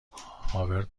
هاورد